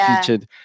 featured